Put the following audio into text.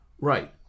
Right